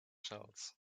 shells